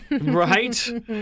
Right